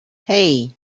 hey